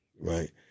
right